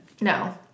No